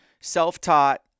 self-taught